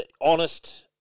honest